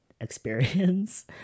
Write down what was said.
experience